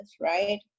right